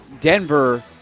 Denver